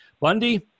Bundy